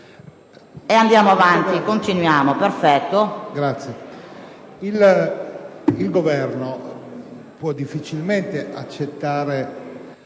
il Governo può difficilmente accettare